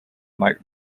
might